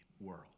world